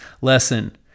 lesson